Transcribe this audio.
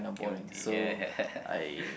empty yeah